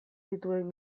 dituen